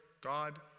God